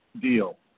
deal